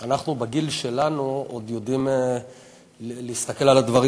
אנחנו בגיל שלנו עוד יודעים להסתכל על הדברים